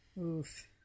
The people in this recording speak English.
oof